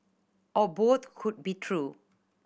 or both could be true